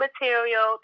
materials